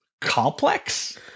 complex